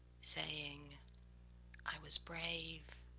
saying i was brave,